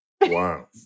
Wow